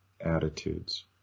attitudes